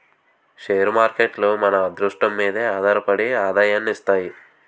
share మార్కేట్లు మన అదృష్టం మీదే ఆధారపడి ఆదాయాన్ని ఇస్తాయి